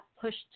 pushed